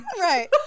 Right